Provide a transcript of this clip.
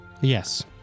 Yes